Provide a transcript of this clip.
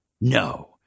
No